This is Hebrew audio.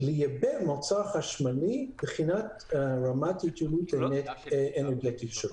לייבא מוצר חשמל מבחינת רמת התייעלות אנרגטית שלו.